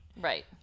Right